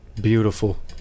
beautiful